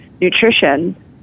nutrition